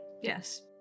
Yes